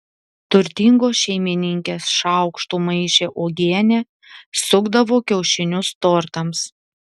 turtingos šeimininkės šaukštu maišė uogienę sukdavo kiaušinius tortams